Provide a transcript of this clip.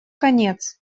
конец